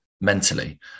mentally